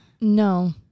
No